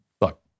Look